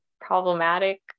problematic